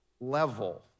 level